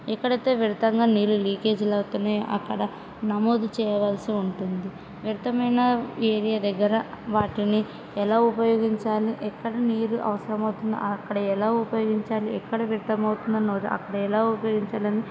ఎక్కడైతే వ్యర్థంగా నీళ్ళు లీకేజ్లు అవుతున్నాయో అక్కడ నమోదు చేయవలసి ఉంటుంది వ్యర్థమైన ఏరియా దగ్గర వాటిని ఎలా ఉపయోగించాలి ఎక్కడ నీరు అవసరము అవుతుందో అక్కడ ఎలా ఉపయోగించాలి ఎక్కడ వ్యర్థమవుతుందో అక్కడ ఎలా ఉపయోగించాలని